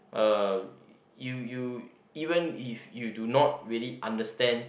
uh you you even if you do not really understand